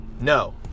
No